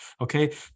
Okay